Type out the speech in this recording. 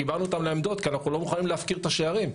קיבלנו אותם לעמדות כי אנחנו לא מוכנים להפקיר את השערים.